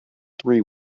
three